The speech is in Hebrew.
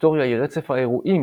היסטוריה היא רצף האירועים,